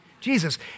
Jesus